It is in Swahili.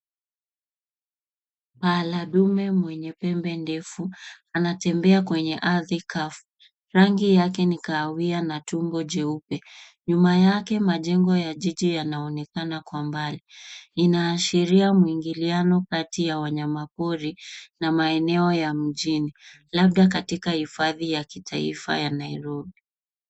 Paa la dume mwenye pembe ndefu anatembea kwenye ardhi kavu. Rangi yake ni kahawia na tumbo jeupe. Nyuma yake majengo ya jiji yanaonekana kwa mbali. Inaashiria mwingiliano kati ya wanyamapori na maeneo ya mjini labda katika hifadhi ya kitaifa ya Nairobi.